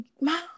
mom